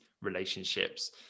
relationships